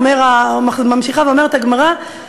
ממשיכה ואומרת הגמרא,